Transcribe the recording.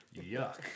Yuck